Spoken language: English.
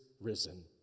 risen